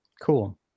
Cool